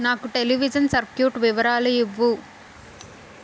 నాకు television circuit వివరాలు ఇవ్వు